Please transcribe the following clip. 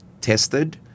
tested